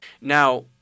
Now